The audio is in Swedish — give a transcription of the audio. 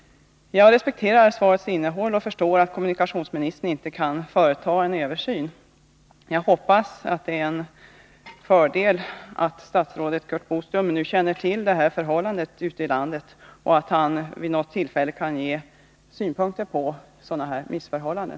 Jag respekterar svarets innehåll och förstår att kommunikationsministern inte kan göra en översyn. Jag hoppas att det är en fördel att statsrådet Curt Boström nu känner till förhållandet och att han vid något tillfälle kan ge synpunkter på sådana här missförhållanden.